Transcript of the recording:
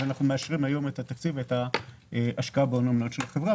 ומבקשים לאשר היום את התקציב ואת ההשקעה בהון המניות של החברה.